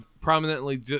prominently